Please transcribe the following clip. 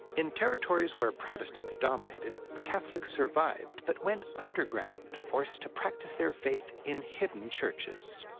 in territories where protestants dominated, catholics survived but went underground, forced to practice their faith in hidden churches.